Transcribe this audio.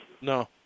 No